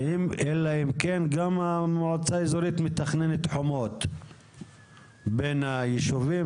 אלא אם כן גם המועצה האזורית מתכננת חומות בין היישובים.